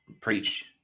preach